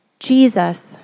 Jesus